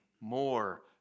more